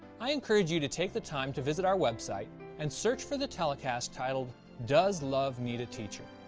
i encourage you to take the time to visit our website and search for the telecast titled does love need a teacher?